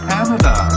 Canada